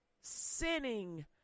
sinning